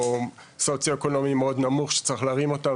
או מעמד סוציואקונומי מאוד נמוך שצריך להרים אותם,